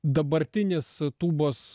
dabartinis tūbos